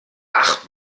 ach